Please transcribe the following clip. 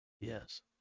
Yes